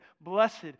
blessed